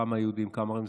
כמה יהודים וכמה ערבים,